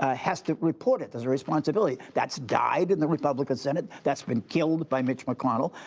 ah has to report it. there's a responsibility. that's died in the republican senate. that's been killed by mitch mcconnell.